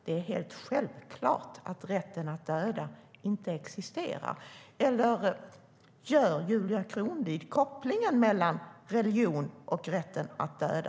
Det är helt självklart att rätten att döda inte existerar, eller gör Julia Kronlid en koppling mellan religion och rätten att döda?